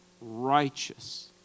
righteous